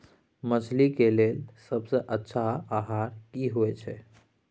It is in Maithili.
मछली के लेल सबसे अच्छा आहार की होय छै?